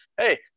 hey